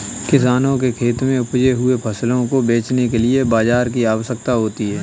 किसानों के खेत में उपजे हुए फसलों को बेचने के लिए बाजार की आवश्यकता होती है